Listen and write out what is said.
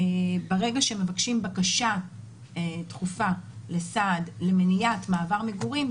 ברגע שמבקשים בקשה דחופה לסעד למניעת מעבר מגורים,